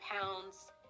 pounds